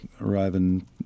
arriving